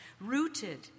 rooted